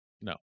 No